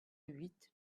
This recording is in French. huit